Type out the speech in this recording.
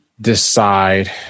decide